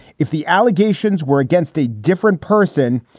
if the allegations were against a different person,